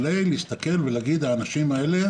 ולהגיד: האנשים האלה